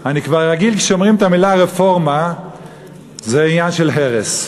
אני כבר רגיל שכשאומרים את המילה רפורמה זה עניין של הרס.